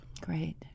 Great